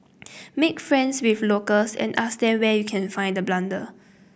make friends with locals and ask them where you can find the bundle